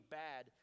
bad